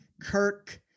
Kirk